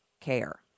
care